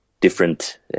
different